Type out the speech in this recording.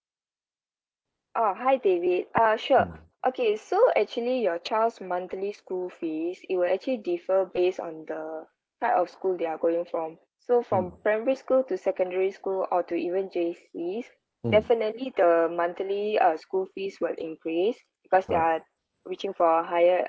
oh hi david uh sure okay so actually your child's monthly school fees it will actually differ based on the type of school they are going from so from primary school to secondary school or to even J_C's definitely the monthly uh school fees will increase because they are reaching for a higher